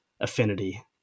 affinity